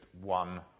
one